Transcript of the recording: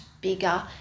bigger